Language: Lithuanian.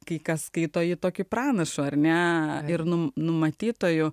kai kas skaito jį tokį pranašu ar ne ir numatytuoju